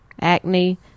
acne